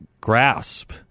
grasp